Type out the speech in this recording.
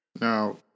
Now